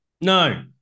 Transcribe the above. No